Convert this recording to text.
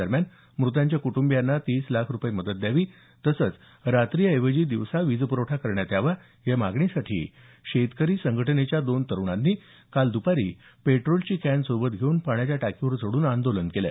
दरम्यान मृतांच्या कुटुंबियांना तीस लाख रुपये मदत द्यावी तसंच रात्री ऐवजी दिवसा वीजपुखठा करण्यात यावा या मागणीसाठी शेतकरी संघटनेच्या दोन तरुणांनी दपारी पेटोलची कॅन सोबत घेऊन पाण्याच्या टाकीवर चढून आंदोलन केलं